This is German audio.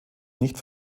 nicht